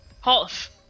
Half